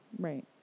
right